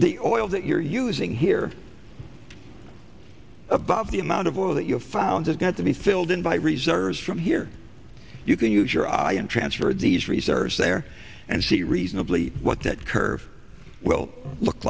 the oil that you are using here about the amount of oil that you have found is going to be filled in by reserves from here you can use your eye and transfer these reserves there and see reasonably what that curve will look